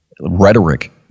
rhetoric